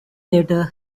later